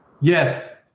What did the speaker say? yes